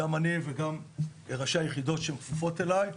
גם אני וגם ראשי יחידות שכפופות אליי,